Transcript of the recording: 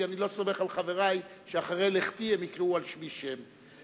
כי אני לא סומך על חברי שאחרי לכתי הם יקראו על שמי רחוב.